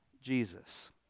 Jesus